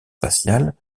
spatiale